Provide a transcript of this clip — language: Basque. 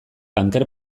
anker